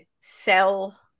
sell